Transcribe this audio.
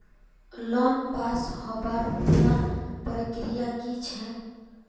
Loan पास होबार पुरा प्रक्रिया की छे?